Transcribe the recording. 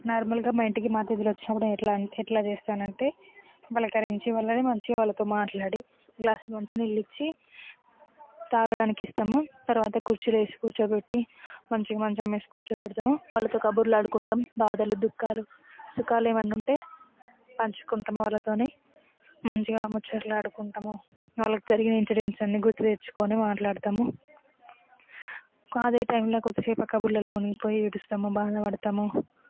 నార్మల్గా మా ఇంటికి అతిథులు వచ్చినప్పుడు ఎట్లా అంటే ఎట్లా చేస్తాను అంటే వాళ్ళని పలకరించి మంచిగా వాళ్లతో మాట్లాడి గ్లాస్ మంచినీళ్లు ఇచ్చి తాగడానికి ఇస్తాము తర్వాత కుర్చీలు వేసి కూర్చోబెట్టి మంచిగా మంచం వేసి కూర్చోబెడతాము వాళ్లతో కబుర్లు ఆడుకుంటాం బాధలు దుఃఖాలు సుఖాలు ఏమైనా ఉంటే పంచుకుంటాము వాళ్ళతోని మంచిగా ముచ్చట్లు ఆడుకుంటాము వాళ్లకి జరిగిన ఇన్సిడెంట్స్ అన్ని గుర్తు తెచ్చుకొని మాట్లాడుతాము ఇంకా అదే టైంలో కొద్దిసేపు ఆ కబుర్లో మునిగిపోయి ఏడుస్తాము బాధపడతాము